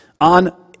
on